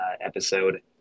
episode